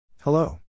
Hello